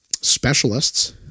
specialists